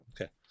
Okay